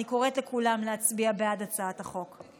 אני קוראת לכולם להצביע בעד הצעת החוק.